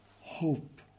hope